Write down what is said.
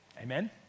Amen